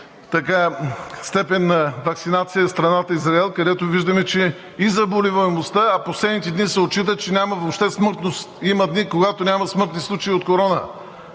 висока степен на ваксинация е страната Израел, където виждаме, че заболеваемостта – в последните дни се отчита, че няма въобще смъртност. Има дни, когато няма смъртни случаи от коронавирус.